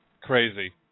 crazy